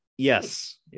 Yes